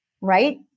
right